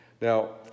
now